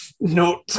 No